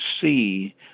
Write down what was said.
see